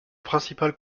principale